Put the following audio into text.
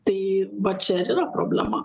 tai va čia ir yra problema